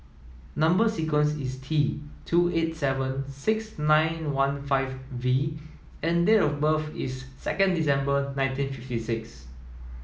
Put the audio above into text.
number sequence is T two eight seven six nine one five V and date of birth is second December nineteen fifty six